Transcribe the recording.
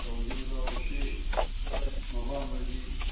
गाजों गाव एसे माबा माबि